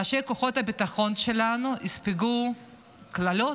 אנשי כוחות הביטחון שלנו יספגו קללות,